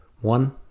one